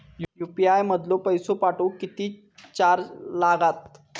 UPI मधलो पैसो पाठवुक किती चार्ज लागात?